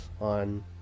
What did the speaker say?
on